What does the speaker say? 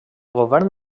govern